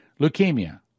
leukemia